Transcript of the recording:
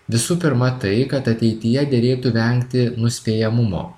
visų pirma tai kad ateityje derėtų vengti nuspėjamumo